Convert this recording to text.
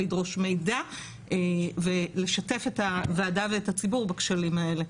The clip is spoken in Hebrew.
לדרוש מידע ולשתף את הוועדה ואת הציבור בכשלים האלה.